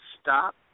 stop